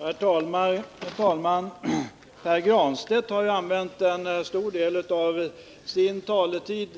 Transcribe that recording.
Herr talman! Pär Granstedt har använt en stor del av sin taletid